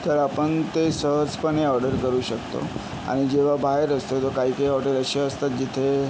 तर आपण ते सहजपणे ऑर्डर करू शकतो आणि जेव्हा बाहेर असतो तर काही काही हॉटेल असे असतात जिथे